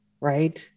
right